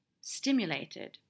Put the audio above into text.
stimulated